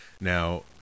Now